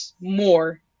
more